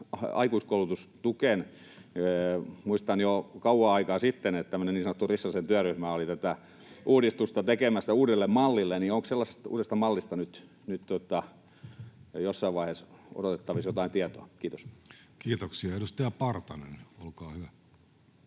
aikuiskoulutustukeen. Muistan, että jo kauan aikaa sitten tämmöinen niin sanottu Rissasen työryhmä oli tätä uudistusta tekemästä uudelle mallille. Onko sellaisesta uudesta mallista nyt jossain vaiheessa odotettavissa jotain tietoa? — Kiitos. Kiitoksia. — Edustaja Partanen, olkaa hyvä.